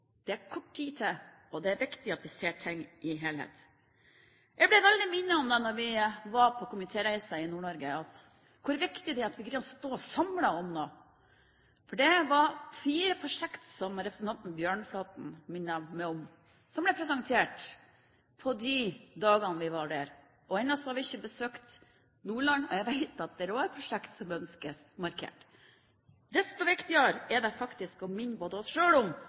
Det er kort tid til, og det er viktig at vi ser ting som en helhet. Da vi var på komitéreise i Nord-Norge, ble jeg minnet om hvor viktig det er at vi kan stå samlet om noe. Det var fire prosjekter – som representanten Bjørnflaten minnet om – som ble presentert de dagene vi var der, og ennå har vi ikke besøkt Nordland. Jeg vet at der er det også prosjekter som ønskes markert. Desto viktigere er det faktisk å minne både oss selv og landsdelen om